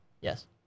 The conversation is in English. Yes